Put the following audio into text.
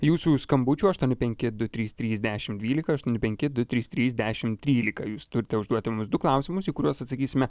jūsų skambučių aštuoni penki du trys trys dešim dvylika aštuoni penki du trys trys dešim trylika jūs turite užduoti mums du klausimus į kuriuos atsakysime